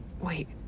Wait